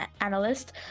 analyst